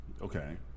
Okay